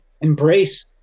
embrace